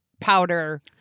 powder